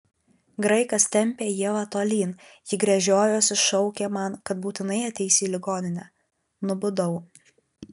graikas tempė ievą tolyn ji gręžiojosi šaukė man kad būtinai ateis į ligoninę nubudau